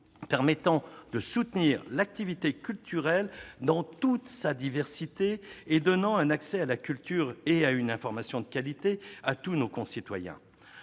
permettant de soutenir l'activité culturelle dans toute sa diversité et donnant un accès à la culture et à une information de qualité à tous nos concitoyens.